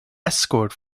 escort